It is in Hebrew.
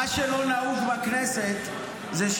-- מה שלא נהוג בכנסת זה,